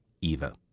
Eva